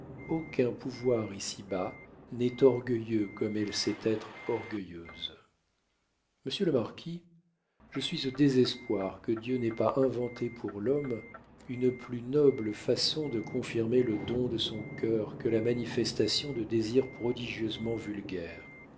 aucun pouvoir ici-bas n'est orgueilleux comme elle sait être orgueilleuse monsieur le marquis je suis au désespoir que dieu n'ait pas inventé pour l'homme une plus noble façon de confirmer le don de son cœur que la manifestation de désirs prodigieusement vulgaires